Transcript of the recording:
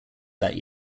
that